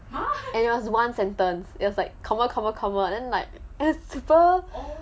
and there was one sentence it was like comma comma comma then like it was so